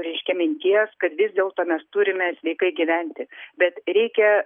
reiškia minties kad vis dėlto mes turime sveikai gyventi bet reikia